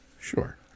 Sure